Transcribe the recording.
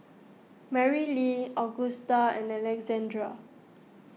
Marylee Augusta and Alexandrea